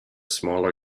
smaller